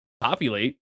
populate